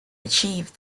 achieve